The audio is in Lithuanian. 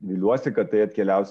viliuosi kad tai atkeliaus